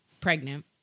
pregnant